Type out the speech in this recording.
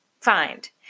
find